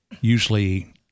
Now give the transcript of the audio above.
Usually